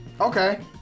Okay